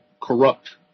corrupt